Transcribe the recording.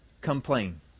complain